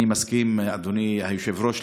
אדוני היושב-ראש,